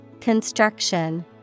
Construction